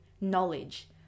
knowledge